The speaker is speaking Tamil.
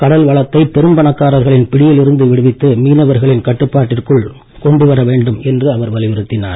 கடல் வளத்தை பெரும் பணக்காரர்களின் பிடியில் இருந்து மீட்டு மீனவர்களின் கட்டுப்பாட்டிற்குள் கொண்டு வர வேண்டும் என்று அவர் வலியுறுத்தினார்